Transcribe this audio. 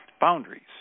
boundaries